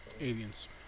aliens